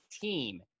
team